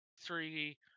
three